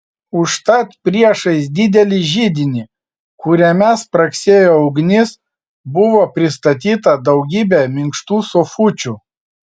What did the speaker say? užtat priešais didelį židinį kuriame spragsėjo ugnis buvo pristatyta daugybė minkštų sofučių